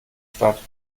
statt